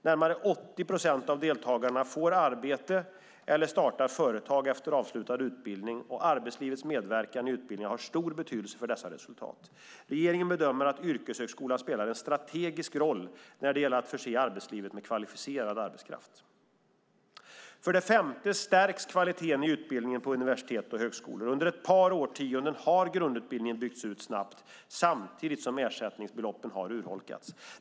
Närmare 80 procent av deltagarna får arbete eller startar företag efter avslutad utbildning, och arbetslivets medverkan i utbildningarna har stor betydelse för dessa resultat. Regeringen bedömer att yrkeshögskolan spelar en strategisk roll när det gäller att förse arbetslivet med kvalificerad arbetskraft. För det femte stärks kvaliteten i utbildningen på universitet och högskolor. Under ett par årtionden har grundutbildningen byggts ut snabbt samtidigt som ersättningsbeloppen urholkats.